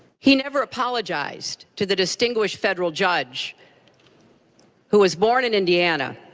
he never apologized to the distinguished federal judge who was born in indiana,